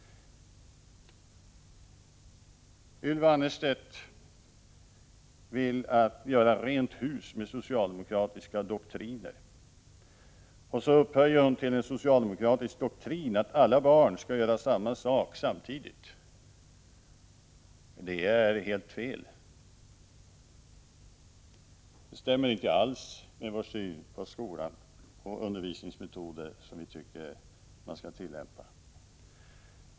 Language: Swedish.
Ylva Annerstedt vill göra rent hus med socialdemokratiska doktriner, och så upphöjer hon till en socialdemokratisk doktrin att alla barn skall göra samma sak samtidigt. Det är helt fel — det stämmer inte alls med vår syn på skolan och de undervisningsmetoder man enligt vår mening skall tillämpa.